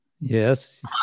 Yes